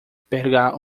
pegar